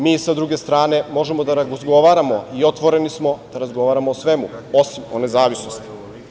Mi sa druge strane možemo da razgovaramo i otvoreni smo da razgovaramo o svemu osim o nezavisnosti.